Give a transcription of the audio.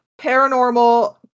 paranormal